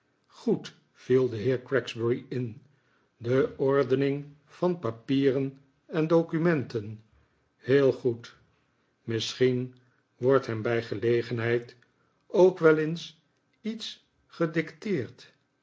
goed viel de heer gregsbury in de ordening van papieren en documenten heel goed misschien wordt hem bij gelegenheid ook wel eens iets gedicteerd